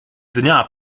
dnia